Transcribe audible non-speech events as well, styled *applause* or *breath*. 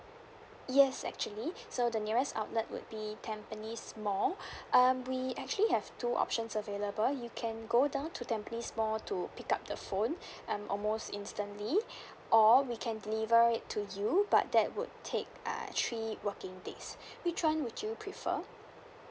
yes actually so the nearest outlet would be tampines mall *breath* um we actually have two options available you can go down to tampines mall to pick up the phone *breath* um almost instantly *breath* or we can deliver it to you but that would take err three working days *breath* which one would you prefer